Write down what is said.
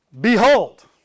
Behold